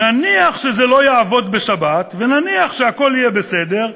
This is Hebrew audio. "נניח שזה לא יעבוד בשבת ונניח שהכול יהיה בסדר,